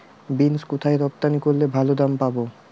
Beans কোথায় রপ্তানি করলে ভালো দাম পাব?